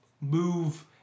move